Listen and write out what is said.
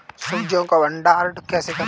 सब्जियों का भंडारण कैसे करें?